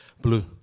Blue